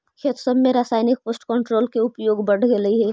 खेत सब में रासायनिक पेस्ट कंट्रोल के उपयोग बढ़ गेलई हे